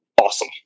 awesome